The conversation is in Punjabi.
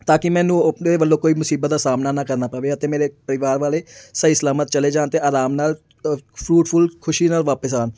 ਤਾਂ ਕੀ ਮੈਨੂੰ ਉਹਦੇ ਵੱਲੋਂ ਕੋਈ ਮੁਸੀਬਤ ਦਾ ਸਾਹਮਣਾ ਨਾ ਕਰਨਾ ਪਵੇ ਅਤੇ ਮੇਰੇ ਪਰਿਵਾਰ ਵਾਲੇ ਸਹੀ ਸਲਾਮਤ ਚਲੇ ਜਾਣ ਅਤੇ ਆਰਾਮ ਨਾਲ ਫਰੂਟਫੁਲ ਖੁਸ਼ੀ ਨਾਲ ਵਾਪਿਸ ਆਉਣ